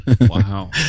Wow